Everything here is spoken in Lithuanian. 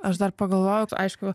aš dar pagalvojau aišku